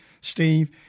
Steve